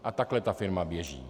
A takhle ta firma běží.